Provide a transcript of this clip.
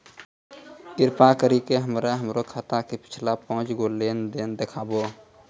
कृपा करि के हमरा हमरो खाता के पिछलका पांच गो लेन देन देखाबो